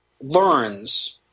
learns